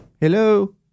Hello